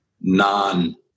non